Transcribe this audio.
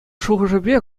шухӑшӗпе